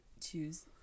choose